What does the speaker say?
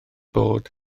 bod